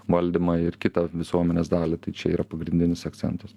valdymą ir kitą visuomenės dalį tai čia yra pagrindinis akcentas